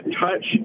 touch